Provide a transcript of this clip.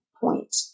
point